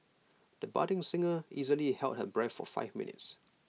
the budding singer easily held her breath for five minutes